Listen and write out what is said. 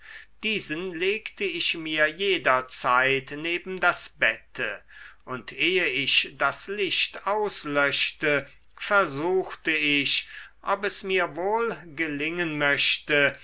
diesen legte ich mir jederzeit neben das bette und ehe ich das licht auslöschte versuchte ich ob es mir wohl gelingen möchte